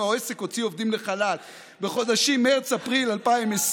אם העסק הוציא עובדים לחל"ת בחודשים מרץ-אפריל 2020,